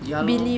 ya lor